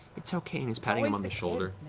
it's okay. and is patting him on the shoulder.